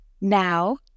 now